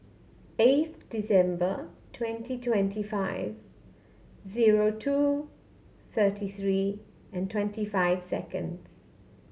eighth December twenty twenty five zero two thirty three and twenty five seconds